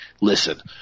listen